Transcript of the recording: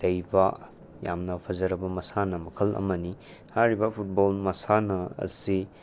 ꯂꯩꯕ ꯌꯥꯝꯅ ꯐꯖꯔꯕ ꯃꯁꯥꯟꯅ ꯃꯈꯜ ꯑꯃꯅꯤ ꯍꯥꯏꯔꯤꯕ ꯐꯨꯠꯕꯣꯜ ꯃꯁꯥꯟꯅ ꯑꯁꯤ